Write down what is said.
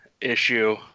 issue